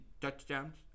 touchdowns